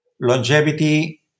Longevity